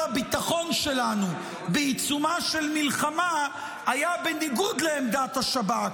הביטחון שלנו בעיצומה של מלחמה היה בניגוד לעמדת השב"כ,